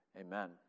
Amen